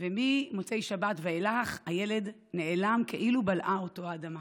וממוצאי שבת ואילך הילד נעלם כאילו בלעה אותו האדמה.